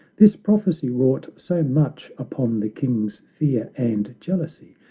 this prophecy wrought so much upon the king's fear and jealousy,